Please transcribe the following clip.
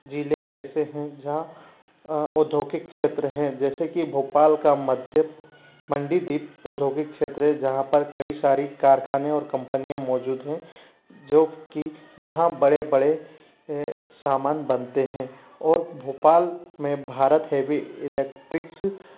ज़िले ऐसे हैं जहाँ औद्योगिक क्षेत्र हैं जैसे कि भोपाल का मध्य मंडीदीप औद्योगिक क्षेत्र है जहाँ पर कई सारी कारखाने और कम्पनियाँ मौजूद हैं जो कि जहाँ बड़े बड़े सामान बनते हैं और भोपाल में भारत हेवी इलेक्ट्रिक्स